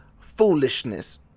foolishness